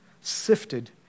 sifted